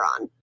on